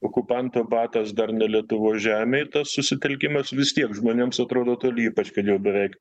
okupanto batas dar ne lietuvos žemėj tas susitelkimas vistiek žmonėms atrodo toli ypač kad jau beveik